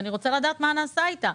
ואני רוצה לדעת מה נעשה איתה.